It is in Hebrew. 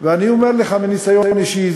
ואני אומר לך מניסיון אישי,